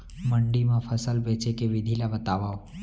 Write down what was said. मंडी मा फसल बेचे के विधि ला बतावव?